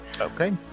Okay